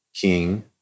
king